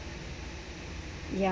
ya